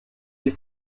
les